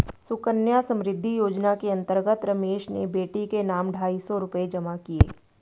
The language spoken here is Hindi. सुकन्या समृद्धि योजना के अंतर्गत रमेश ने बेटी के नाम ढाई सौ रूपए जमा किए